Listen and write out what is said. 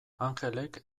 anjelek